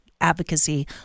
advocacy